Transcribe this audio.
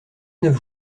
neuf